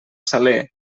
saler